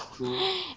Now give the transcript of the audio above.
true